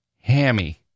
Hammy